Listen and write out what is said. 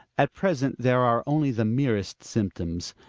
at present there are only the merest symptoms,